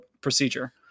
procedure